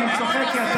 אני צוחק,